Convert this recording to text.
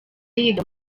yiga